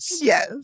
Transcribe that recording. Yes